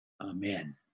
Amen